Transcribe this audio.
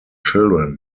children